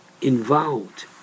involved